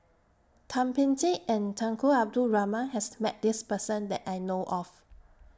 Thum Ping Tjin and Tunku Abdul Rahman has Met This Person that I know of